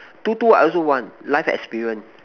to to I also want life experience